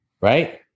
right